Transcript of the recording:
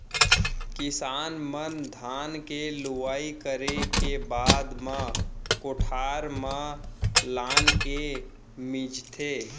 किसान मन धान के लुवई करे के बाद म कोठार म लानके मिंजथे